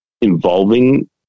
involving